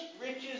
riches